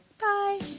Bye